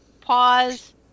pause